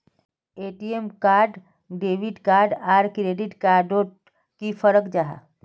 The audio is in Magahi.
ए.टी.एम कार्ड डेबिट कार्ड आर क्रेडिट कार्ड डोट की फरक जाहा?